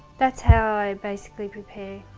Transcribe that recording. that's how i basically prepare